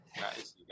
guys